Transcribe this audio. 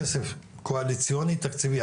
כסף קואליציוני תקציבי.